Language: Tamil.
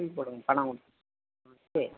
பில் போடுங்க பணம் கொடு சரி